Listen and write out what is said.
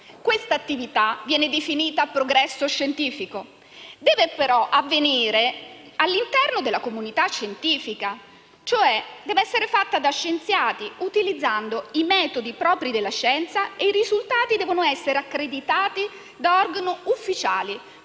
Quest'attività viene definita progresso scientifico, ma deve avvenire all'interno della comunità scientifica, cioè deve essere fatta da scienziati, utilizzando i metodi propri della scienza, e i risultati devono essere accreditati da organi ufficiali,